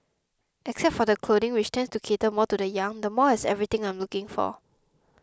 except for the clothing which tends to cater more to the young the mall has everything I am looking for